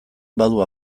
badu